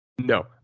no